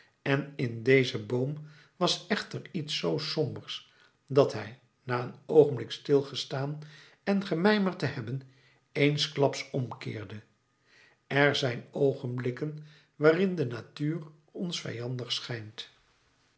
en in dezen boom was echter iets zoo sombers dat hij na een oogenblik stilgestaan en gemijmerd te hebben eensklaps omkeerde er zijn oogenblikken waarin de natuur ons vijandig schijnt